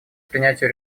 принятию